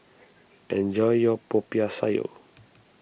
enjoy your Popiah Sayur